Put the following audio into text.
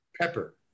Pepper